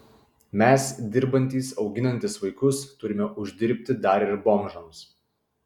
mes dirbantys auginantys vaikus turime uždirbti dar ir bomžams